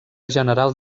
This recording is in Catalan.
general